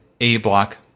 A-block